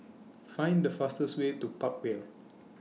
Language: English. Find The fastest Way to Park Vale